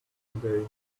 today